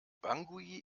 bangui